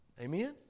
amen